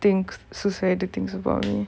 things society things things about me